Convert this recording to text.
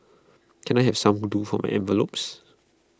can I have some glue for my envelopes